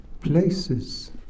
places